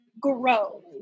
grow